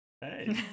hey